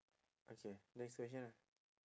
okay next question ah